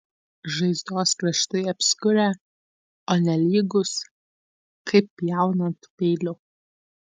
žaizdos kraštai apskurę o ne lygūs kaip pjaunant peiliu